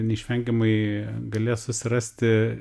neišvengiamai galės susirasti